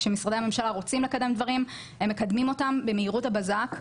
כשמשרדי הממשלה רוצים לקדם דברים הם מקדמים אותם במהירות הבזק,